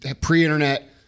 pre-internet